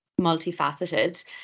multifaceted